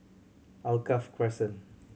Alkaff Crescent